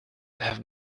have